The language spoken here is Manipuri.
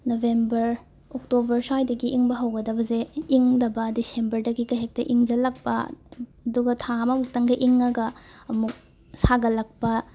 ꯅꯣꯕꯦꯝꯕꯔ ꯑꯣꯛꯇꯣꯕꯔ ꯁ꯭ꯋꯥꯏꯗꯒꯤ ꯏꯪꯕ ꯍꯧꯒꯗꯕꯁꯦ ꯏꯪꯗꯕ ꯗꯤꯁꯝꯕꯔꯗꯒꯤꯀ ꯍꯦꯛꯇ ꯏꯪꯁꯤꯜꯂꯛꯄ ꯑꯗꯨꯒ ꯊꯥ ꯑꯃꯃꯨꯛꯇꯪꯒ ꯏꯪꯉꯒ ꯑꯃꯨꯛ ꯁꯥꯒꯠꯂꯛꯄ